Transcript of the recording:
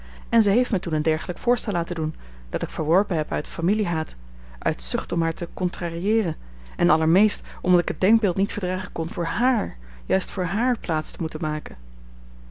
en zij heeft mij toen een dergelijk voorstel laten doen dat ik verworpen heb uit familiehaat uit zucht om haar te contrarieeren en allermeest omdat ik het denkbeeld niet verdragen kon voor hààr juist voor hààr plaats te moeten maken